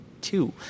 two